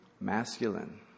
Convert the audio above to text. Masculine